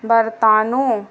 برتانوی